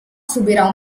subirà